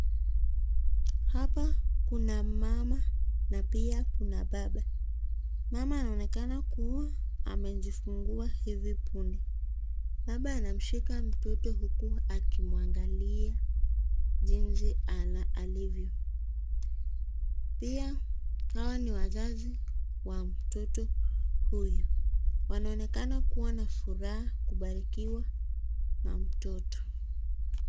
Hapa kuna mama na pia kuna baba. Mama anaonekana kuwa amejifungua hivi punde. Baba anamshika mtoto huku akimwangalia jinsi alivyo. Pia hawa ni wazazi wa mtoto huyu. Wanaonekana kuwa na furaha kubarikiwa na mtoto.